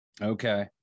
Okay